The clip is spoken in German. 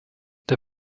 der